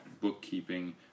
bookkeeping